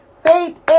Faith